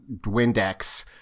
Windex